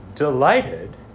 delighted